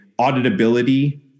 auditability